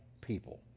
people